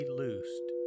loosed